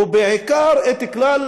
ובעיקר, את כלל